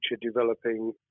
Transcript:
developing